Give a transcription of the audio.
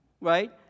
right